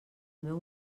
meu